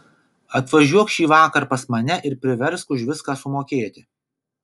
atvažiuok šįvakar pas mane ir priversk už viską sumokėti